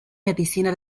medicina